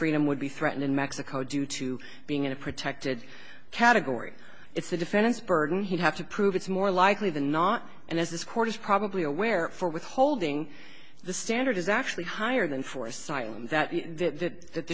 freedom would be threatened in mexico due to being in a protected category it's a defense burden he'd have to prove it's more likely than not and as this court is probably aware for withholding the standard is actually higher than for asylum that that that